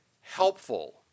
helpful